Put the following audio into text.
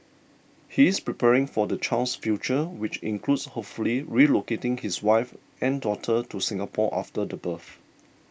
he is preparing for his child's future which includes hopefully relocating his wife and daughter to Singapore after the birth